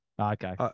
Okay